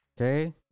Okay